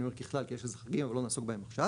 אני אומר ככלל כי יש לזה חוקים אבל לא נעסוק בהם עכשיו.